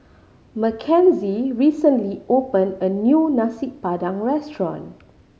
Mackenzie recently opened a new Nasi Padang restaurant